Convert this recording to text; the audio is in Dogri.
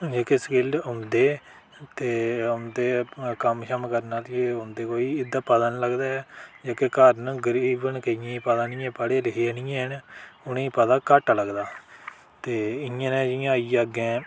जेह्के स्किल औंदे ते औंदे कम्म शम्म करने आह्ले बी औदें कोई इदां पता नेईं लगदा ऐ जेह्के घर न गरीब न किश पता नेई ऐ पढें लिखे दे नेईं हैन उनें पता घाटा लगदा इयां ते इयां अग्गै लगदा